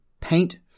paint